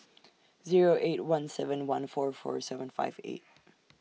Zero eight one seven one four four seven five eight